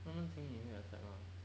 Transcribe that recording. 他们请你你会 accept mah